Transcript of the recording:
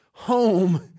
home